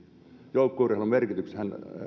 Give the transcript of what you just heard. joukkueurheilun merkityksen